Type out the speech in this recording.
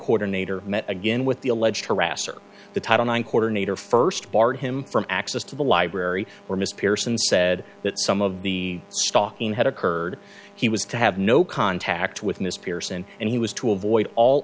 coordinator met again with the alleged harasser the title one quarter nater first barred him from access to the library where mr pearson said that some of the stalking had occurred he was to have no contact with miss pearson and he was to avoid all